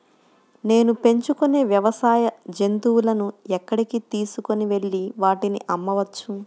నేను పెంచుకొనే వ్యవసాయ జంతువులను ఎక్కడికి తీసుకొనివెళ్ళి వాటిని అమ్మవచ్చు?